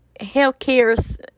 healthcare